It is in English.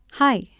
Hi